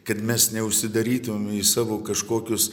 kad mes neužsidarytumėm į savo kažkokius